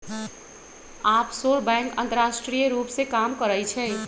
offshore bank अंतरराष्ट्रीय रूप से काम करइ छइ